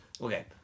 okay